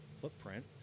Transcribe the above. footprint